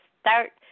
start